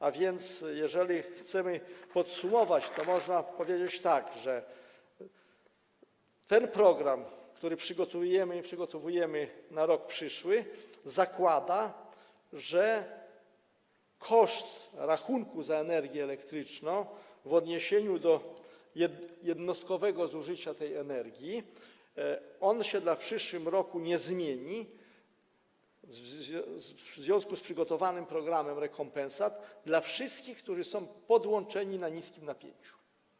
A więc jeżeli chcemy podsumować, to można powiedzieć tak, że ten program, który przygotowujemy na rok przyszły, zakłada, że koszt rachunku za energię elektryczną w odniesieniu do jednostkowego zużycia tej energii w przyszłym roku się nie zmieni w związku z przygotowanym programem rekompensat dla wszystkich, którzy są podłączeni na niskim napięciu.